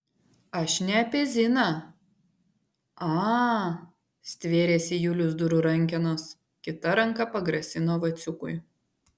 aš ne apie ziną a stvėrėsi julius durų rankenos kita ranka pagrasino vaciukui